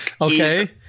Okay